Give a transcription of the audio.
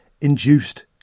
induced